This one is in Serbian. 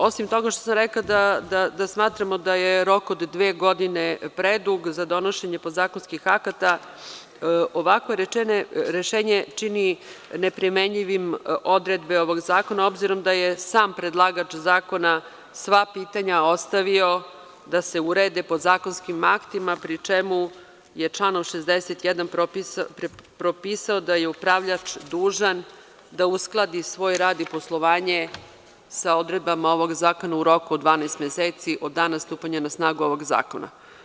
Osim toga što sam rekla da smatramo da je rok od dve godine predug za donošenje podzakonskih akata, ovakvo rešenje čini neprimenljivim odredbe ovog zakona, obzirom da je sam predlagač zakona sva pitanja ostavio da se urede podzakonskim aktima, pri čemu je članom 61. propisao da je upravljač dužan da uskladi svoj radi i poslovanje sa odredbama ovog zakona u roku od 12 meseci od dana stupanja na snagu ovog zakona.